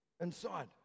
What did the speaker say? inside